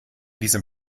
diesem